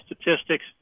statistics